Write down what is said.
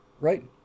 Right